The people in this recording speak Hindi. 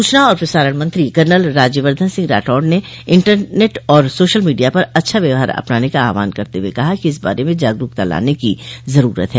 सूचना और प्रसारण मंत्री कर्नल राज्यवर्द्वन सिंह राठौड़ ने इंटरनेट और सोशल मीडिया पर अच्छा व्यवहार अपनाने का आह्वान करते हुए कहा कि इस बारे में जागरूकता लाने की जरूरत है